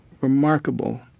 remarkable